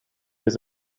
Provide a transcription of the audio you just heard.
has